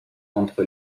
entre